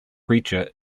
creature